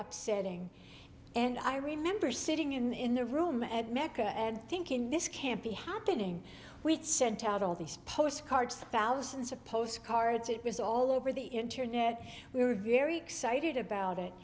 upsetting and i remember sitting in the room at mecca and think in this can't be happening we sent out all these postcards thousands of postcards it was all over the internet we were very excited about it